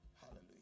Hallelujah